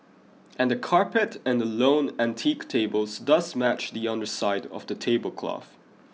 and the carpet and the lone antique table does match the underside of the tablecloth